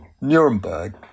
Nuremberg